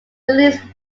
released